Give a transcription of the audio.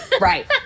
Right